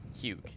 Hugh